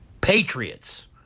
Patriots